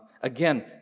again